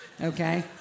okay